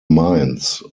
mines